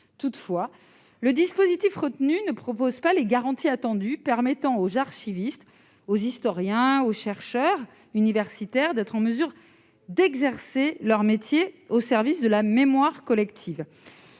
Toutefois, le dispositif retenu ne propose pas les garanties attendues permettant aux archivistes, aux historiens, aux chercheurs et aux universitaires d'être en mesure d'exercer leur métier, au service de la mémoire collective.